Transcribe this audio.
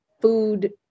food